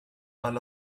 alla